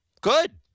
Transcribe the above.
good